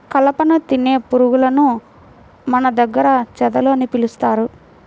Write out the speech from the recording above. కలపను తినే పురుగులను మన దగ్గర చెదలు అని పిలుస్తారు